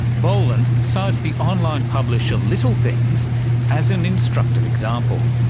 boland cites the online publisher little things as an instructive example.